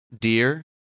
Dear